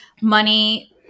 money